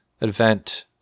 event